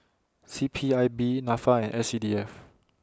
C P I B Nafa and S C D F